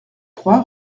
trois